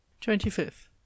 Twenty-fifth